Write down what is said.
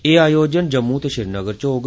एह् आयोजन जम्मू ते श्रीनगर च होग